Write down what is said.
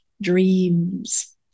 dreams